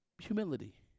Humility